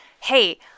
Hey